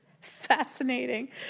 fascinating